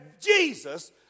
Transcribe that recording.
Jesus